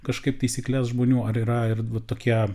kažkaip taisykles žmonių ar yra ir vat tokie